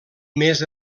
més